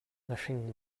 ngahring